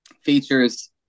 features